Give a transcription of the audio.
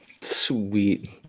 Sweet